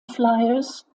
flyers